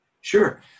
Sure